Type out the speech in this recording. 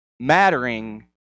mattering